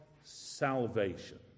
salvation